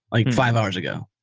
like five hours ago,